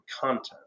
content